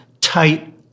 tight